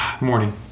Morning